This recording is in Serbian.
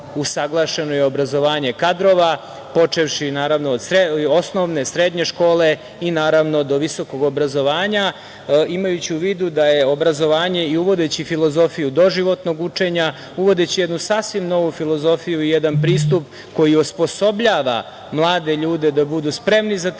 usaglašeno i obrazovanje kadrova, počevši, naravno od osnovne, srednje škole i naravno do visokog obrazovanja, imajući u vidu da je obrazovanje i uvodeći filozofiju doživotnog učenja, uvodeći jednu sasvim novu filozofiju i jedan pristup koji osposobljava mlade ljude da budu spremni za tržište